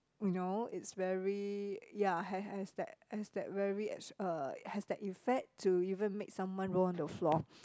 you know it's very ya has has that has that very ex~ uh has that effect to even make someone roll on the floor